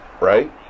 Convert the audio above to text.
right